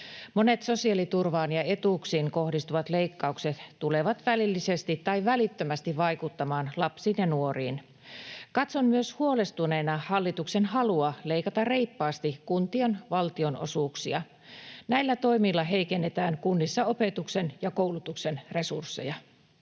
Monet sosiaaliturvaan ja etuuksiin kohdistuvat leikkaukset tulevat välillisesti tai välittömästi vaikuttamaan lapsiin ja nuoriin. Katson huolestuneena myös hallituksen halua leikata reippaasti kuntien valtionosuuksia. Näillä toimilla heikennetään kunnissa opetuksen ja koulutuksen resursseja.